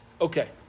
Okay